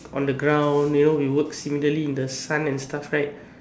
on the ground you know we work similarly in the sun and stuff right